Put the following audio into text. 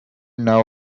now